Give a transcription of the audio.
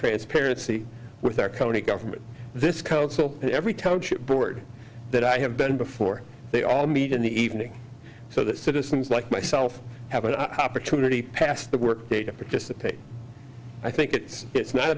transparency with our county government this council and every township board that i have been before they all meet in the evening so that citizens like myself have an opportunity past the work day to participate i think it's it's not